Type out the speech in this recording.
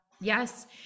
Yes